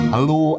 Hello